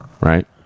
right